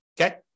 okay